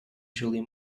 julie